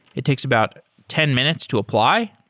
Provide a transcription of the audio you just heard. it takes about ten minutes to apply.